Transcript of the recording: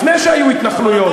לפני שהיו התנחלויות,